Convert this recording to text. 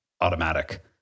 automatic